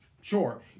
sure